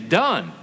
done